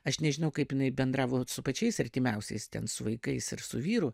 aš nežinau kaip jinai bendravo su pačiais artimiausiais ten su vaikais ir su vyru